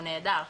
הוא נהדר,